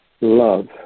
love